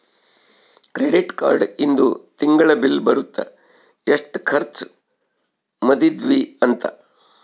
credit card ಇಂದು ತಿಂಗಳ bill ಬರುತ್ತ ಎಸ್ಟ ಖರ್ಚ ಮದಿದ್ವಿ ಅಂತ